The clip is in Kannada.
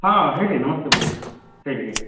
ಹಾಂ ಹೇಳಿ ನಮಸ್ತೆ ಬೀರೇಶ್ ಹೇಳಿ ಹೇಳಿ